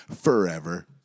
forever